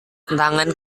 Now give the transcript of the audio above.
tangan